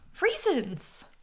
reasons